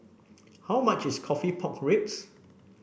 how much is coffee Pork Ribs